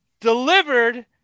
delivered